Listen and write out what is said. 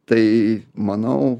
tai manau